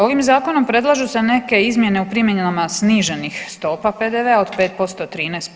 Ovim zakonom predlažu se neke izmjene u primjerima sniženih stopa PDV-a od 5%, 13%